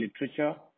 literature